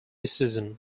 season